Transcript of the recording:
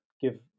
give